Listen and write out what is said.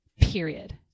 period